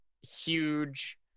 huge